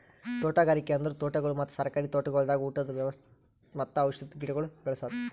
ತೋಟಗಾರಿಕೆ ಅಂದುರ್ ತೋಟಗೊಳ್ ಮತ್ತ ಸರ್ಕಾರಿ ತೋಟಗೊಳ್ದಾಗ್ ಊಟದ್ ಮತ್ತ ಔಷಧ್ ಗಿಡಗೊಳ್ ಬೆ ಳಸದ್